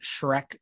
Shrek